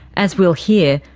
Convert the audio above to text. as we'll hear,